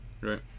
Right